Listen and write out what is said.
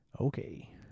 Okay